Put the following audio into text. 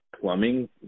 plumbing